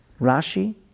Rashi